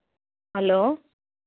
hello